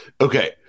Okay